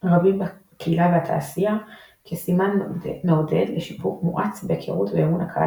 רבים בקהילה והתעשייה כסימן מעודד לשיפור מואץ בהיכרות ואמון הקהל